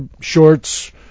shorts